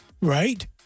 Right